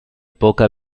poca